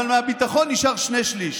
אבל מהביטחון נשאר שני שלישים.